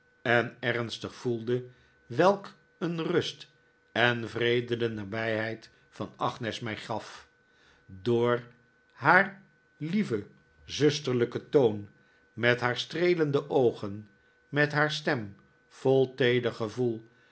en ernstig voelde welk een rust en vrede de nabijheid van agnes mij gaf door haar lieven zusterlijken toon met haar streelende oogen met haar stem vol teeder gevoel